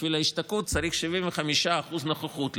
בשביל ההשתקעות צריך 75% נוכחות.